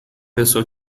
pessoa